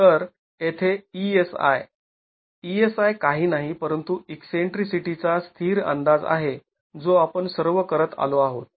तर येथे e si e si काही नाही परंतु ईकसेंट्रीसिटीचा स्थिर अंदाज आहे जो आपण सर्व करत आलो आहोत